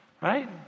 right